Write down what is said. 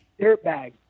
dirtbag